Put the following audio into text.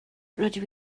rydw